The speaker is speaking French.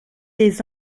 les